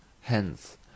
Hence